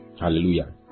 Hallelujah